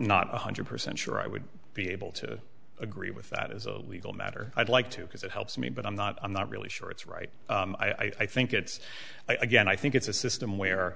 not one hundred percent sure i would be able to agree with that as a legal matter i'd like to because it helps me but i'm not i'm not really sure it's right i think it's again i think it's a system where